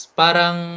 parang